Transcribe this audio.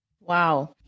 Wow